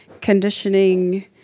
conditioning